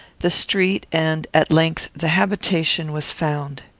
the street, and, at length, the habitation, was found.